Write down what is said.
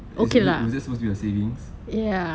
it is was it supposed to be your savings